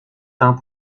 teint